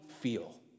feel